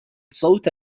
صوت